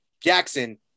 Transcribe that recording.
Jackson